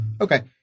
Okay